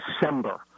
December